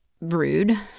rude